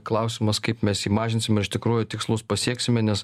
klausimas kaip mes jį mažinsime ir iš tikrųjų tikslus pasieksime nes